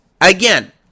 again